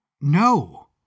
No